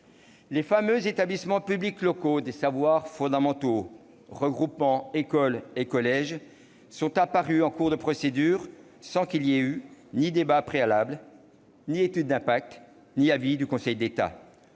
Les fameux établissements publics locaux d'enseignement des savoirs fondamentaux, regroupant écoles et collèges, sont apparus en cours de procédure sans qu'il y ait eu ni débat préalable, ni étude d'impact, ni avis du Conseil d'État.